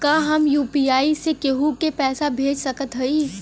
का हम यू.पी.आई से केहू के पैसा भेज सकत हई?